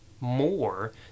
more